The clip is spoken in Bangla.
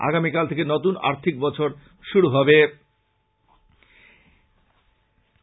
আগামীকাল থেকে নতন আর্থিক বছর শুরু হবে